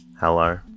Hello